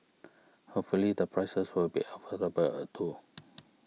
hopefully the prices will be affordable too